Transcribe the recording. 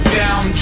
down